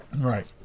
Right